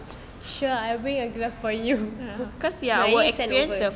sure I will bring a glove for you